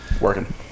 Working